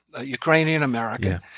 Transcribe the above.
Ukrainian-American